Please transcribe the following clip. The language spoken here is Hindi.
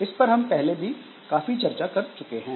इस पर हम पहले भी काफी चर्चा कर चुके हैं